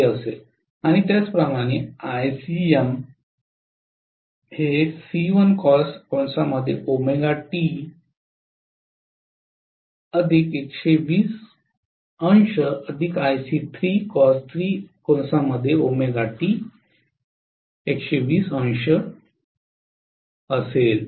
आणि त्याचप्रमाणे आयसीएम असेल